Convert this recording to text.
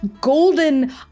golden